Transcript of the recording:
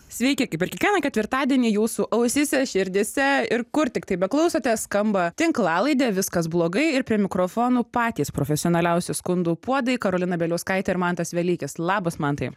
sveiki kaip ir kiekvieną ketvirtadienį jūsų ausyse širdyse ir kur tiktai be klausote skamba tinklalaidė viskas blogai ir prie mikrofonų patys profesionaliausi skundų puodai karolina bieliauskaitė ir mantas velykis labas mantai